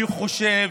אני חושב,